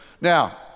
Now